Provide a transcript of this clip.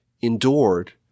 endured